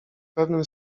pewnym